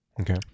Okay